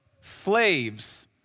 Slaves